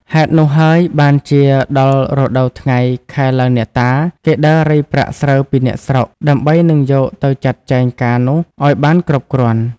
ហេតុនោះហើយ បានជាដល់រដូវថ្ងៃ ខែឡើងអ្នកតា គេដើររៃប្រាក់ស្រូវពីអ្នកស្រុក ដើម្បីនឹងយក ទៅចាត់ចែងការនោះ ឲ្យបានគ្រប់គ្រាន់។